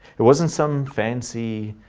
it wasn't some fancy,